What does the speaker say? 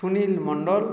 Sunil Mondal